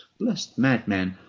blest madman,